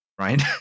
right